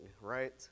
right